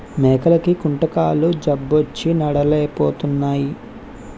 మేకలకి కుంటుకాలు జబ్బొచ్చి నడలేపోతున్నాయి